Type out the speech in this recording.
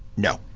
no.